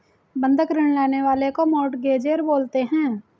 बंधक ऋण लेने वाले को मोर्टगेजेर बोलते हैं